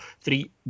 Three